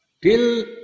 Till